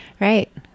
Right